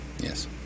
Yes